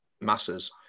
masses